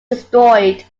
destroyed